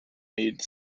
made